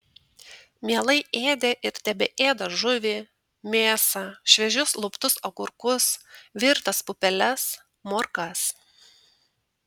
mielai ėdė ir tebeėda žuvį mėsą šviežius luptus agurkus virtas pupeles morkas